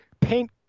paint